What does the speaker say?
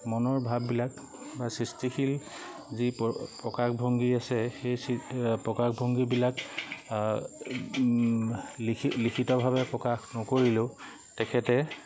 মনৰ ভাৱবিলাক বা সৃষ্টিশীল যি প্ৰকাশভংগী আছে সেই প্ৰকাশভংগীবিলাক লিখিতভাৱে প্ৰকাশ নকৰিলেও তেখেতে